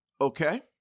Okay